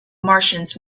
martians